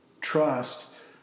trust